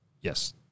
Yes